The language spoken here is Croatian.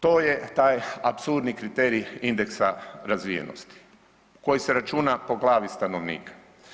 To je taj apsurdni kriterij indeksa razvijenosti koji se računa po glavi stanovnika.